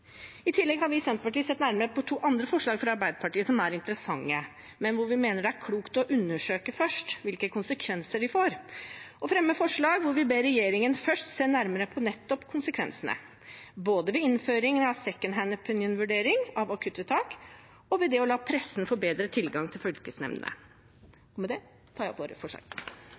I tillegg har vi i Senterpartiet sett nærmere på to andre forslag fra Arbeiderpartiet som er interessante, men hvor vi mener det er klokt å undersøke først hvilke konsekvenser de får. Vi fremmer forslag hvor vi ber regjeringen først se nærmere på nettopp konsekvensene, både ved innføring av «second opinion»-vurdering av akuttvedtak og ved å la pressen få bedre tilgang til fylkesnemndene. Med det tar jeg opp våre forslag.